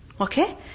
Okay